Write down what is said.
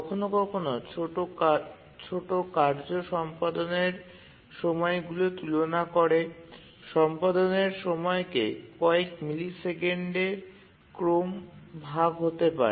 কখনও কখনও ছোট ছোট কার্য সম্পাদনের সময়গুলি তুলনা করে সম্পাদনের সময়কে কয়েক মিলি সেকেন্ডের ক্রম ভাগ হতে পারে